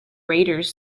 raiders